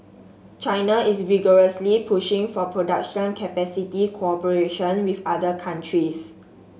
China is vigorously pushing for production capacity cooperation with other countries